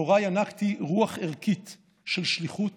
מהוריי ינקתי רוח ערכית של שליחות